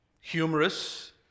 humorous